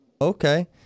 Okay